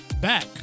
back